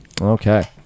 okay